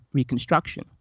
Reconstruction